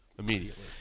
Immediately